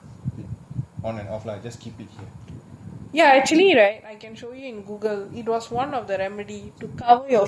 ya actually right I can show you google it was one of the remedy to cover your face in cold water cold water towel